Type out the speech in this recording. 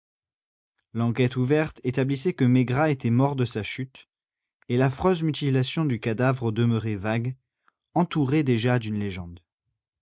l'enquête ouverte établissait que maigrat était mort de sa chute et l'affreuse mutilation du cadavre demeurait vague entourée déjà d'une légende